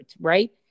right